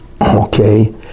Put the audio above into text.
okay